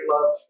love